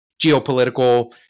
geopolitical